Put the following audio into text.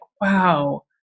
Wow